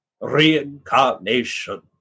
reincarnation